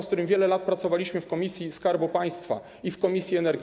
z którym wiele lat pracowaliśmy w komisji Skarbu Państwa i w komisji energii.